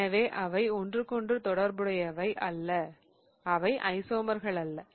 எனவே அவை ஒன்றுக்கொன்று தொடர்புடையவை அல்ல அவை ஐசோமர்கள் அல்ல